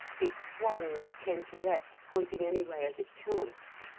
it swung and came to rest, pointing any way as it chanced.